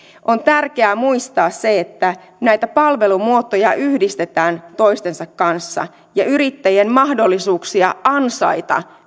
on tärkeää muistaa se että näitä palvelumuotoja yhdistetään toistensa kanssa ja myös yrittäjien mahdollisuuksia ansaita